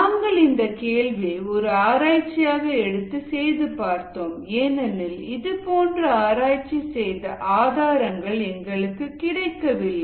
நாங்கள் இந்த கேள்வியை ஒரு ஆராய்ச்சியாக எடுத்து செய்து பார்த்தோம் ஏனெனில் இதுபோன்ற ஆராய்ச்சி செய்த ஆதாரங்கள் எங்களுக்கு கிடைக்கவில்லை